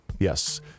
Yes